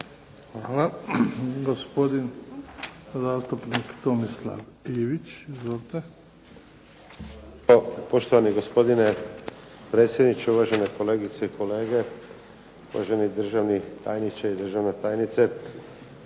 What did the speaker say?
Hvala. Gospodin zastupnik Tomislav Ivić. Izvolite. **Ivić, Tomislav (HDZ)** Hvala lijepo poštovani gospodine predsjedniče, uvažene kolegice i kolege, uvaženi državni tajniče i državna tajnice.